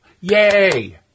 Yay